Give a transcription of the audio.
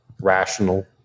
rational